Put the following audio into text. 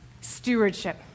stewardship